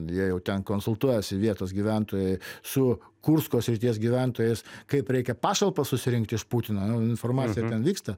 jie jau ten konsultuojasi vietos gyventojai su kursko srities gyventojais kaip reikia pašalpą susirinkti iš putino informaciją ten vyksta